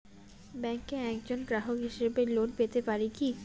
ব্যাংকের একজন গ্রাহক হিসাবে লোন পেতে পারি কি?